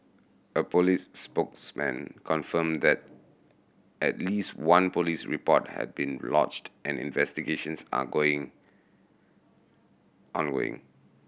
a police spokesman confirmed that at least one police report had been and investigations are going ongoing